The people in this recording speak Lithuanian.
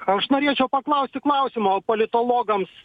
aš norėčiau paklausti klausimo politologams